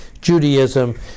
Judaism